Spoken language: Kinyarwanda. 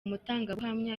mutangabuhamya